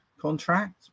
contract